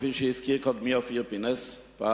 כפי שהזכיר קודמי אופיר פינס-פז,